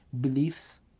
beliefs